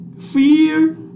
Fear